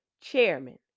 chairman